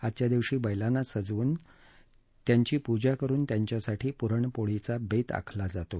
आजच्या दिवशी बघीना सजवून त्यांची प्रजा करून त्यांच्यासाठी पुरणपोळीचा बस्किला जातो